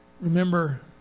remember